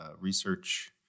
research